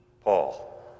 Paul